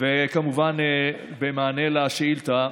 וכמובן במענה על השאילתה,